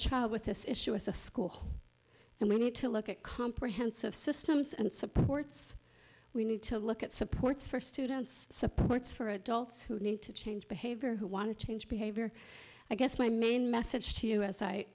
child with this issue is a school and we need to look at comprehensive systems and supports we need to look at supports for students supports for adults who need to change behavior who want to change behavior i guess my main message to